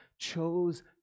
chose